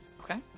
Okay